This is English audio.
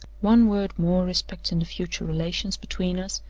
one word more respecting the future relations between us,